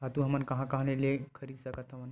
खातु हमन कहां कहा ले खरीद सकत हवन?